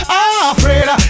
afraid